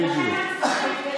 ולכן ההצבעה,